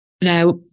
Now